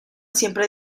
siempre